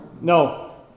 No